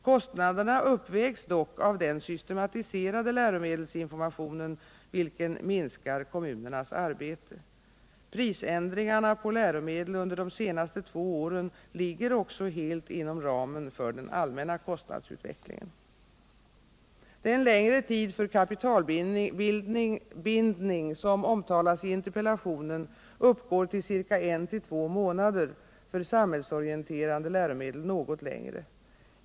Kostnaderna uppvägs dock av den systematiserade läromedelsinformationen, vilken minskar kommunernas arbete. Prisändringarna på läromedel under de senaste två åren ligger också helt inom ramen för den allmänna kostnadsutvecklingen. Den längre tid för kapitalbindning, som omtalas i interpellationen, uppgår till en å två månader, för samhällsorienterande läromedel något längre.